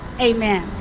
Amen